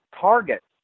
targets